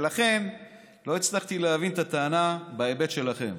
ולכן לא הצלחתי להבין את הטענה בהיבט שלכם.